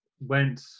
Went